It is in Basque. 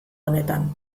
honetan